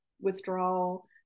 withdrawal